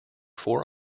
four